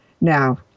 Now